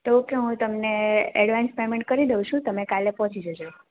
તો ઓકે હું તમને એડવાન્સ પેમેન્ટ કરી દઉં છું તમે કાલે પહોંચી જજો